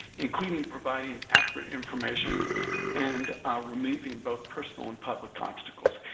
including providing accurate information and removing both personal and public obstacles.